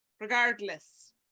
Regardless